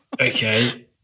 okay